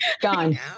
Gone